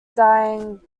dyeing